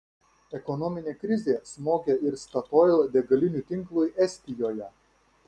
ekonominė krizė smogė ir statoil degalinių tinklui estijoje